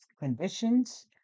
conditions